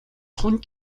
тун